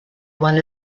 one